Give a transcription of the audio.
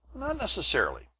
not necessarily.